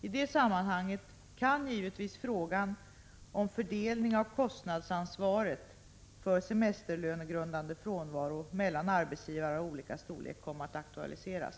I det sammanhanget kan givetvis frågan om fördelning av kostnadsansvaret för semesterlönegrundande frånvaro mellan arbetsgivare av olika storlek komma att aktualiseras.